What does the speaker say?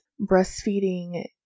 breastfeeding